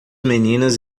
meninas